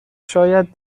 شاید